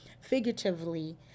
figuratively